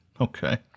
Okay